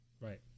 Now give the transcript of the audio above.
Right